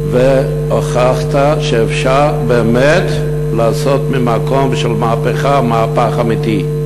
והוכחת שאפשר באמת לעשות ממקום של מהפכה מהפך אמיתי.